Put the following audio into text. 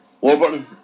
Warburton